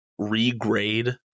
regrade